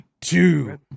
two